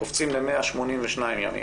קופצים ל-182 ימים.